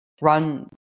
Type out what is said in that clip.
run